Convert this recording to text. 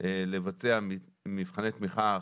במספרים הגבוהים,